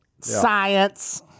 Science